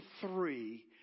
three